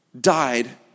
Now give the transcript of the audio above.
died